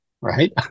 right